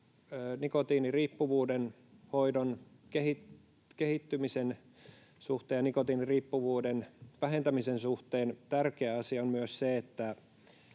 nikotiiniriippuvuuden hoidon kehittymisen suhteen ja nikotiiniriippuvuuden vähentämisen suhteen tärkeä asia, on myös se,